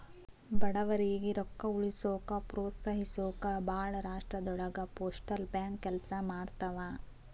ಬಡವರಿಗಿ ರೊಕ್ಕ ಉಳಿಸೋಕ ಪ್ರೋತ್ಸಹಿಸೊಕ ಭಾಳ್ ರಾಷ್ಟ್ರದೊಳಗ ಪೋಸ್ಟಲ್ ಬ್ಯಾಂಕ್ ಕೆಲ್ಸ ಮಾಡ್ತವಾ